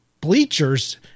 bleachers